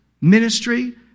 ministry